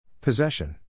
Possession